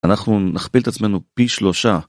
אנחנו נכפיל את עצמנו פי שלושה